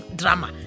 drama